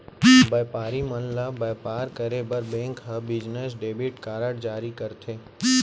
बयपारी मन ल बयपार करे बर बेंक ह बिजनेस डेबिट कारड जारी करथे